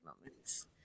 moments